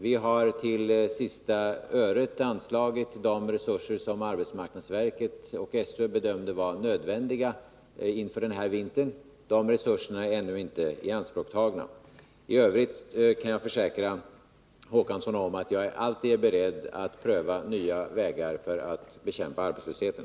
Vi har till sista öret anslagit de resurser som arbetsmarknadsverket och SÖ bedömt vara nödvändiga inför den här vintern. De resurserna är ännu inte ianspråktagna. I övrigt kan jag försäkra Per Olof Håkansson att jag alltid är beredd att pröva nya vägar för att bekämpa arbetslösheten.